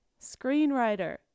screenwriter